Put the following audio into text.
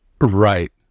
Right